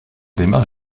démarre